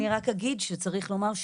אני רק אגיד שצריך לומר,